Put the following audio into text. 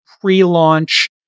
pre-launch